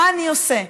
מה אני עושה?